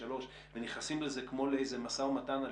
שלוש ונכנסים לזה כמו לאיזה משא ומתן על